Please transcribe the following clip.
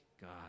God